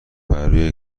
برروی